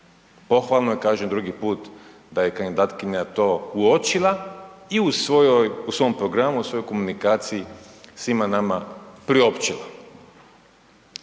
Pohvalno je, kažem drugi put, da je kandidatkinja to uočila i u svom programu u svojoj komunikaciji svima nama priopćila.